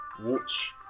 watch